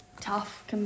tough